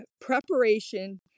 preparation